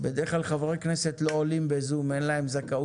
ועדיין משאירים אותם ביכולת לייבא בהצהרה.